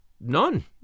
None